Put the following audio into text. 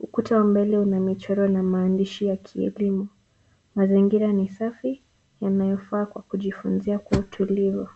Ukuta wa mbele una michoro na maandishi ya kielimu. Mazingira ni safi yanayofaa kwa kujifunzia kwa utulivu.